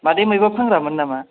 मादैआ मैगं फानग्रामोन नामा